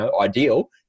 ideal